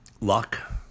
Luck